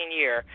year